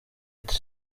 ati